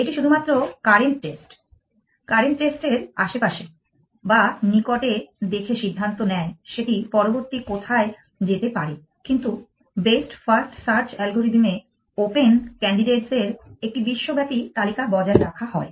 এটি শুধুমাএ current state এর আশেপাশে বা নিকটে দেখে সিদ্ধান্ত নেয় সেটি পরবর্তী কোথায় যেতে পারে কিন্তু বেস্ট ফার্স্ট সার্চ অ্যালগরিদম এ ওপেন ক্যান্ডিডেটস এর একটি বিশ্বব্যাপী তালিকা বজায় রাখা হয়